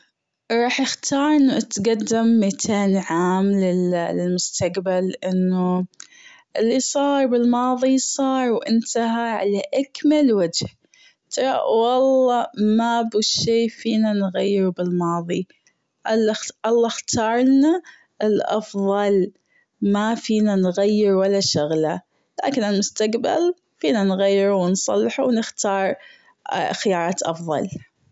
راح أختار أنه أتجدم متين عام للمستقبل لأنه اللى صار بالماضي صار وانتهى على أكمل وجه ترى والله مابه شي فينا نغيره بالماضي الله أختارلنا الأفظل مافينا نغير ولا شغله لكن المستقبل فينا نغيره ونصلحه ونختار خيارات أفضل.